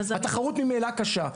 התחרות ממילא קשה.